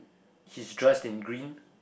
he's dressed in green